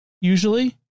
usually